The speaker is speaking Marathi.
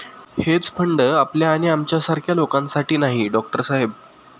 हेज फंड आपल्या आणि आमच्यासारख्या लोकांसाठी नाही, डॉक्टर साहेब